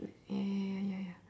ya ya ya ya ya ya